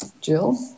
Jill